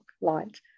light